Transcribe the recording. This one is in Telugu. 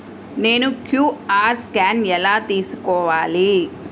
నేను క్యూ.అర్ స్కాన్ ఎలా తీసుకోవాలి?